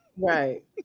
Right